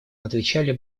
отвечали